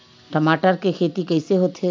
टमाटर के खेती कइसे होथे?